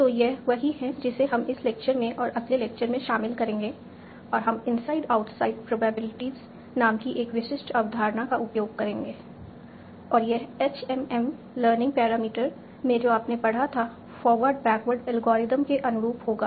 तो यह वही है जिसे हम इस लेक्चर में और अगले लेक्चर में शामिल करेंगे और हम इंसाइड आउटसाइड प्रोबेबिलिटीज नाम की एक विशिष्ट अवधारणा का उपयोग करेंगे और यह HMM लर्निंग पैरामीटर में जो आपने पढ़ा था फॉरवार्ड बैकवर्ड एल्गोरिदम के अनुरूप होगा